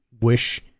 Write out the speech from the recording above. wish